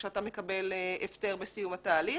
כשאתה מקבל הפטר בסיום התהליך.